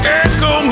echo